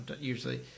usually